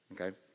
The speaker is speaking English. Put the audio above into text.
Okay